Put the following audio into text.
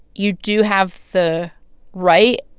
you do have the right,